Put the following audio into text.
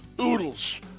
oodles